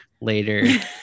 later